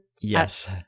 Yes